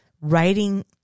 writing